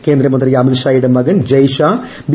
കേന്ദ്രമന്ത്രി അമിത് ഷായുടെ മകൻ ജെയ് ഷാ ബി